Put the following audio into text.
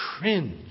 cringe